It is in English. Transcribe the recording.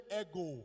ego